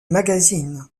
magazine